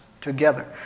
together